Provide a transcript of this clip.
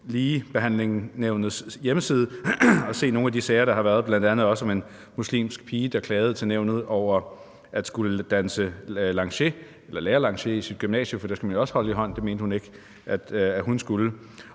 Ligebehandlingsnævnets hjemmeside og se nogle af de sager, der har været. Bl.a. var der også en muslimsk pige, der klagede til nævnet over at skulle lære at danse lancier på sit gymnasium, for der skal man jo også holde i hånd. Det mente hun ikke at hun skulle.